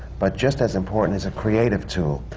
but just as important, it's a creative tool.